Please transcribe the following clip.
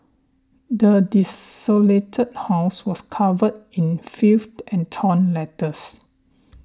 the desolated house was covered in filth and torn letters